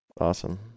Awesome